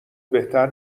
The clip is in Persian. بهتر